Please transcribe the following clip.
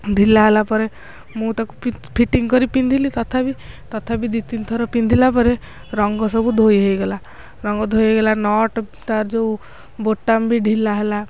ଢିଲା ହେଲା ପରେ ମୁଁ ତାକୁ ଫିଟିଙ୍ଗ କରି ପିନ୍ଧିଲି ତଥାପି ତଥାପି ଦୁଇ ତିନିଥର ପିନ୍ଧିଲା ପରେ ରଙ୍ଗ ସବୁ ଧୋଇ ହେଇଗଲା ରଙ୍ଗ ଧୋଇ ହେଇଗଲା ନଟ ତାର ଯେଉଁ ବୋଟାମ ବି ଢିଲା ହେଲା